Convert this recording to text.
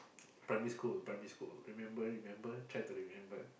primary school primary school remember remember try to remember